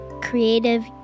Creative